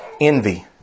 envy